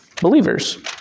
believers